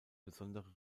besondere